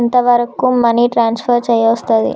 ఎంత వరకు money transfer చేయస్తది?